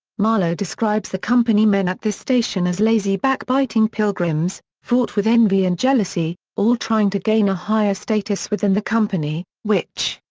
marlow describes the company men at this station as lazy back-biting pilgrims, fraught with envy and jealousy, all trying to gain a higher status within the company, which,